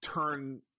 turn